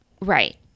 Right